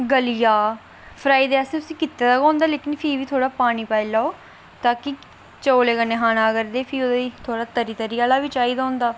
गली जा फ्राई ते उसी असें कीता दा गै होंदा ऐ लेकिन फ्ही बी थोह्ड़ा पानी पाई लैओ ताकि चौलें कन्नै खाने असें फ्ही ओहदे च थोह्ड़ा तरी तरी आहला चाहिदा होंदा